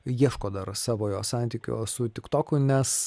ieško dar savojo santykio su tik toku nes